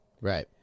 Right